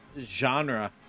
genre